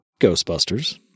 Ghostbusters